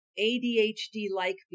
ADHD-like